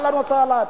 אהלן וסהלן,